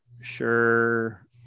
sure